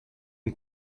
une